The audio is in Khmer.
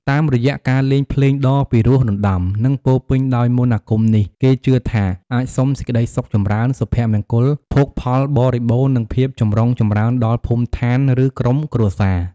តាមរយៈការលេងភ្លេងដ៏ពីរោះរណ្តំ និងពោរពេញដោយមន្តអាគមនេះ គេជឿថាអាចសុំសេចក្តីសុខចម្រើន សុភមង្គល ភោគផលបរិបូណ៌ និងភាពចម្រុងចម្រើនដល់ភូមិឋាន ឬក្រុមគ្រួសារ។